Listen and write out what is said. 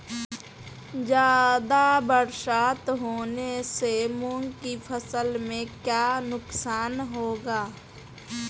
ज़्यादा बरसात होने से मूंग की फसल में क्या नुकसान होगा?